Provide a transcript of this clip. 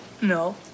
No